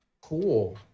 Cool